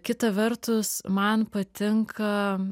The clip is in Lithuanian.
kita vertus man patinka